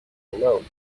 alone